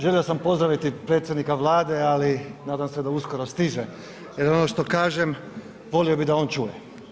Želio sam pozdraviti predsjednika Vlade, ali nadam se da uskoro stiže jel ono što kažem volio bih da on čuje.